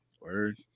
word